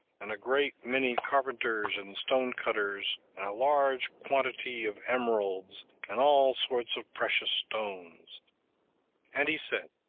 and a great many carpenters and stone-cutters, and a large quantity of emeralds, and all sorts of precious stones and he said,